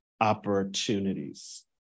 opportunities